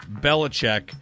Belichick